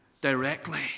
directly